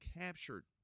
captured